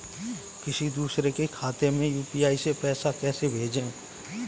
किसी दूसरे के खाते में यू.पी.आई से पैसा कैसे भेजें?